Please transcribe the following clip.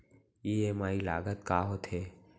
EMI लागत का होथे?